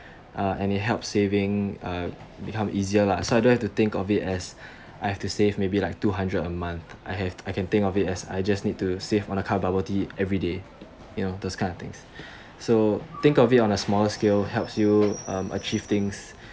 uh and it helps saving uh become easier lah so I don't have to think of it as I have to save maybe like two hundred a month I have I can think of it as I just need to save on a cup of bubble tea every day you know those kind of things so think of it on a smaller scale helps you um achieve things